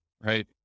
Right